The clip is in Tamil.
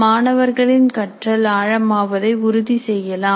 மாணவர்களின் கற்றல் ஆழமாவதை உறுதி செய்யலாம்